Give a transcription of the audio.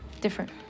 Different